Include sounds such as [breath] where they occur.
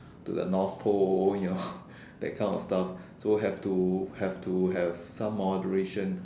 to the North pole you know [breath] that kind of stuff so have to have to have some moderation